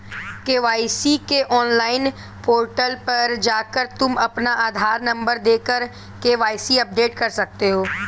KYC के online portal पर जाकर तुम अपना आधार नंबर देकर के.वाय.सी अपडेट कर सकते हो